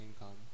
income